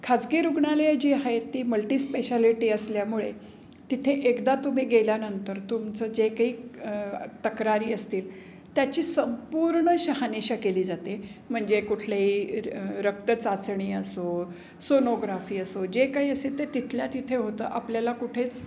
खाजगी रूग्णालयं जी आहेत ती मल्टीस्पेशालिटी असल्यामुळे तिथे एकदा तुम्ही गेल्यानंतर तुमचं जे काही तक्रारी असतील त्याची संपूर्ण शहानिशा केली जाते म्हणजे कुठलेही रक्तचाचणी असो सोनोग्राफी असो जे काही असेल ते तिथल्या तिथे होतं आपल्याला कुठेच